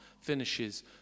finishes